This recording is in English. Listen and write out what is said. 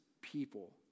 people